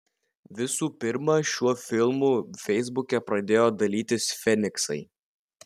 visų pirma šiuo filmu feisbuke pradėjo dalytis feniksai